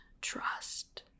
trust